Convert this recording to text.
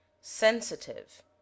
sensitive